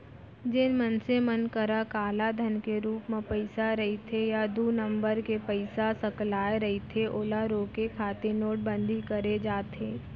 जेन मनसे मन करा कालाधन के रुप म पइसा रहिथे या दू नंबर के पइसा सकलाय रहिथे ओला रोके खातिर नोटबंदी करे जाथे